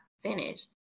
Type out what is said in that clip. finish